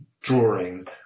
drawing